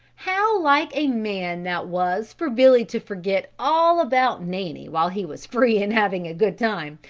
how like a man that was for billy to forget all about nanny while he was free and having a good time,